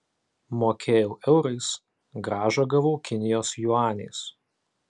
mokėjau eurais grąžą gavau kinijos juaniais